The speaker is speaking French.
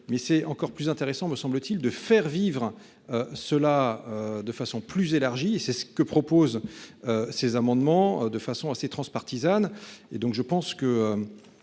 mais c'est encore plus intéressant, me semble-t-il de faire vivre cela. De façon plus élargie. C'est ce que propose. Ces amendements de façon assez transpartisane.